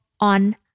on